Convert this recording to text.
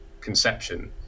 conception